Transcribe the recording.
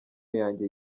yanjye